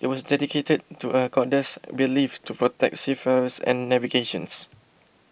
it was dedicated to a goddess believed to protect seafarers and navigations